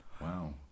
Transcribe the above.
Wow